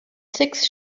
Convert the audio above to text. six